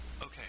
okay